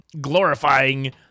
glorifying